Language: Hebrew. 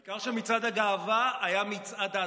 העיקר שמצעד הגאווה היה מצעד ההדבקות.